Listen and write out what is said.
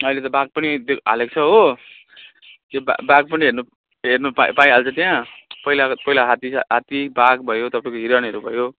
अहिले त बाघ पनि दि हालेको छ हो त्यो बा बाघ पनि हेर्नु हेर्नु पाइ पाइहाल्छ त्यहाँ पहिला पहिला हात्ती छा हात्ती बाघ भयो तपाईँको हिरणहरू भयो